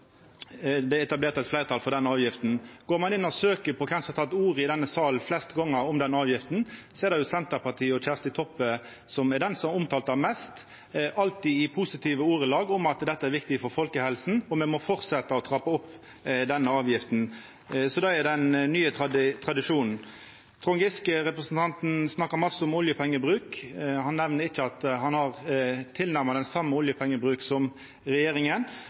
Det er etablert eit fleirtal for den avgifta. Går ein inn og søkjer på kven som har teke ordet i denne salen flest gonger om denne avgifta, er det Senterpartiet og Kjersti Toppe som er den som har omtala ho mest, alltid i positive ordelag om at dette er viktig for folkehelsa, og at me må fortsetja å trappa opp denne avgifta. Det er den nye tradisjonen. Representanten Trond Giske snakka mykje om oljepengebruk. Han nemnde ikkje at han står for tilnærma den same oljepengebruken som regjeringa,